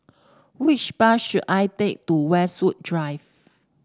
which bus should I take to Westwood Drive